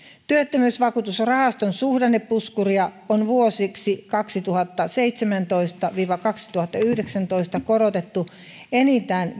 työttömyysvakuutusrahaston suhdannepuskuria on vuosiksi kaksituhattaseitsemäntoista viiva kaksituhattayhdeksäntoista korotettu enintään